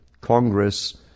Congress